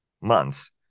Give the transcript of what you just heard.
months